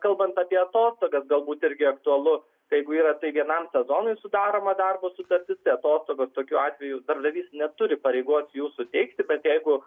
kalbant apie atostogas galbūt irgi aktualu jeigu yra tai vienam sezonui sudaroma darbo sutartis tai atostogos tokiu atveju darbdavys neturi pareigos jų suteikti bet jeigu